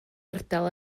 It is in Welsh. ardal